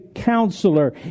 counselor